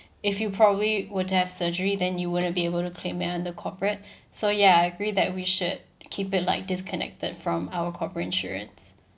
if you probably would have surgery then you wouldn't be able to claim it on the corporate so ya I agree that we should keep it like disconnected from our corporate insurance